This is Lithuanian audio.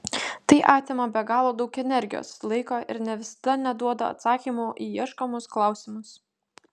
tai atima be galo daug energijos laiko ir ne visada net duoda atsakymų į ieškomus klausimus